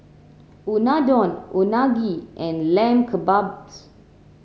Unadon Unagi and Lamb Kebabs